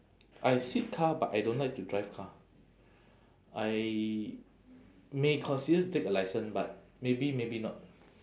I sit car but I don't like to drive car I may consider take a licence but maybe maybe not